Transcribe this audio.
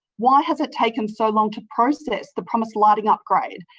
why has it taken so long to process the promised lighting upgrade?